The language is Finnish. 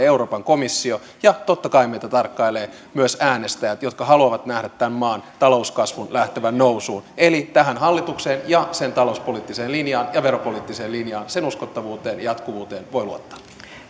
euroopan komissio ja totta kai meitä tarkkailevat myös äänestäjät jotka haluavat nähdä tämän maan talouskasvun lähtevän nousuun eli tähän hallitukseen ja sen talouspoliittiseen ja veropoliittiseen linjaan sen uskottavuuteen ja jatkuvuuteen voi luottaa